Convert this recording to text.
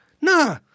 nah